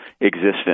existence